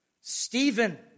Stephen